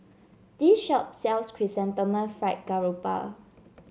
this shop sells Chrysanthemum Fried Garoupa